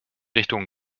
richtung